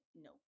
No